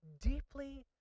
deeply